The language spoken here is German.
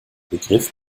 begriff